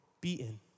beaten